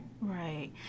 Right